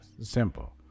simple